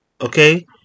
Okay